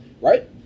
Right